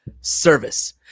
service